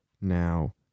Now